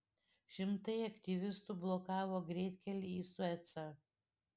šimtai aktyvistų blokavo greitkelį į suecą